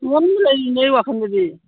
ꯔꯣꯅꯤ ꯂꯩꯔꯤꯅꯦ ꯑꯩ ꯋꯥꯟꯜꯗꯗꯤ